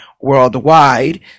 worldwide